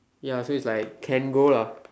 ya so is like can go lah